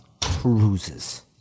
cruises